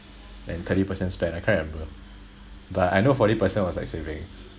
and thirty percent spend I can't remember but I know forty percent was like savings